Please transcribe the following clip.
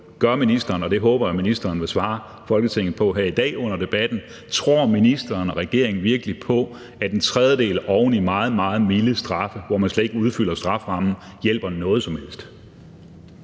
regeringen, og det håber jeg ministeren vil svare Folketinget på her i dag under debatten, virkelig på, at en tredjedel oven i meget, meget milde straffe, hvor man slet ikke udfylder strafferammen, hjælper noget som helst?